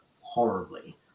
horribly